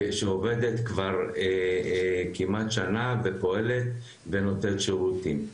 שעובדת כבר כמעט שנה ופועלת ונותנת שירותים.